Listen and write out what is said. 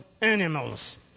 animals